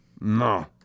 No